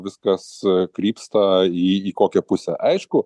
viskas krypsta į kokią pusę aišku